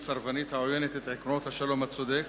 סרבנית העוינת את עקרונות השלום הצודק